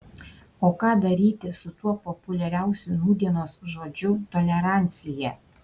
o ką daryti su tuo populiariausiu nūdienos žodžiu tolerancija